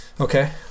Okay